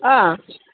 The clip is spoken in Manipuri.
ꯑꯥ